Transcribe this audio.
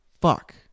fuck